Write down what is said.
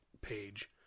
page